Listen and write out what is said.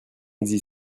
existe